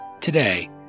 Today